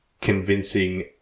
convincing